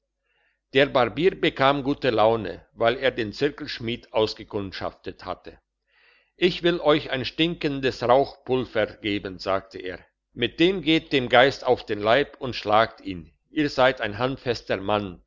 der barbier bekam gute laune weil er den zirkelschmied ausgekundschaftet hatte ich will euch ein stinkendes rauchpulver geben sagte er mit dem geht dem geist auf den leib und schlagt ihn ihr seid ein handfester mann